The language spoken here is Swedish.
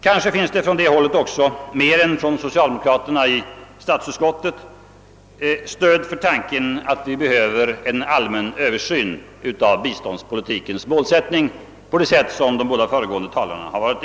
Kanske finns det på det hållet också mer än från socialdemokraterna i statsutskottet ett stöd för tanken att vi behöver en allmän översyn av biståndspolitikens målsättning på det sätt som de båda föregående talarna angivit.